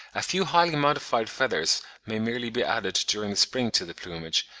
a few highly modified feathers may merely be added during the spring to the plumage,